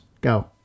go